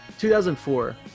2004